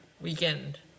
weekend